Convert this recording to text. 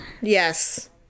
Yes